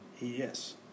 Yes